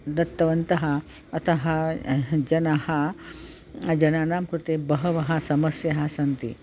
दत्तवन्तः अतः जनाः जनानां कृते बह्व्यः समस्याः सन्ति